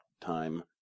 time